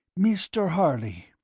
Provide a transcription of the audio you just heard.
mr. harley,